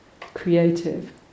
creative